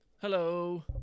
Hello